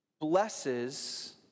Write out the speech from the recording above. blesses